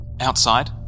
Outside